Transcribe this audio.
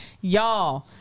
y'all